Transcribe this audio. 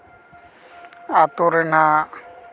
ᱟᱹᱛᱩ ᱨᱮᱱᱟᱜ